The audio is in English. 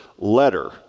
letter